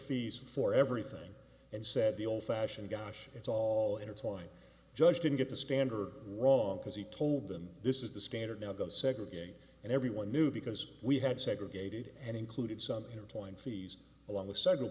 fees for everything and said the old fashioned gosh it's all intertwined judge didn't get the standard wrong because he told them this is the scanner now going to segregate and everyone knew because we had segregated and included something telling fees along with several